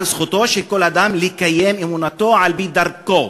זכותו של כל אדם לקיים את אמונתו על-פי דרכו.